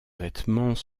vêtements